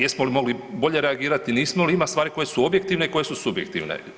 Jesmo li mogli bolje reagirati, nismo, ima stvari koje su objektivne i koje su subjektivne.